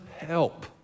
Help